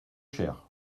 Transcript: cher